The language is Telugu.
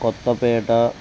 కొత్తపేట